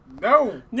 No